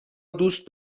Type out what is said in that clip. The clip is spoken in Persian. دوست